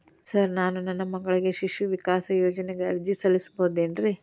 Sir ನಾನು ನನ್ನ ಮಗಳಿಗೆ ಶಿಶು ವಿಕಾಸ್ ಯೋಜನೆಗೆ ಅರ್ಜಿ ಸಲ್ಲಿಸಬಹುದೇನ್ರಿ?